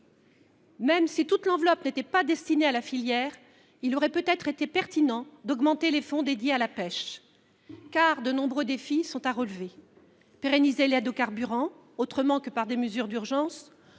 Même si toute l’enveloppe n’était pas destinée à la filière, il aurait peut être été pertinent d’augmenter les fonds consacrés à la pêche. En effet, de nombreux défis sont à relever. Il faut tout d’abord pérenniser l’aide aux carburants autrement que par des mesures d’urgence,